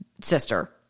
sister